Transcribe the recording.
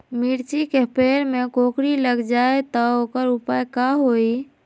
मिर्ची के पेड़ में कोकरी लग जाये त वोकर उपाय का होई?